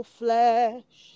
flesh